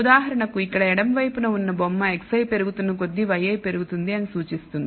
ఉదాహరణకు ఇక్కడ ఎడమ వైపున ఉన్న బొమ్మ xi పెరుగుతున్న కొద్దీ yi పెరుగుతుంది అని సూచిస్తుంది